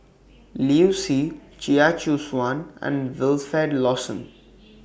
Liu Si Chia Choo Suan and Wilfed Lawson